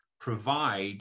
provide